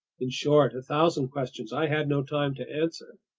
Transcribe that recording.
in short, a thousand questions i had no time to answer.